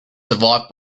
survived